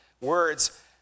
words